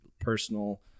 personal